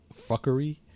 fuckery